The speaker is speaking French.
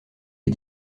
est